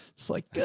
it's like,